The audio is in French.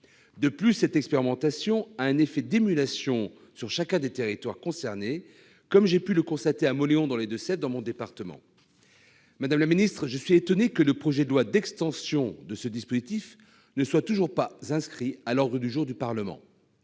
De plus, cette expérimentation a un effet d'émulation sur chacun des territoires concernés, comme j'ai pu le constater à Mauléon, dans mon département des Deux-Sèvres. Madame la secrétaire d'État, je suis étonné que le projet de loi d'extension de ce dispositif ne soit toujours pas inscrit à l'ordre du jour du Parlement.